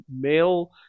male